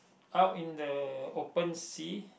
out in the open sea